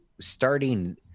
starting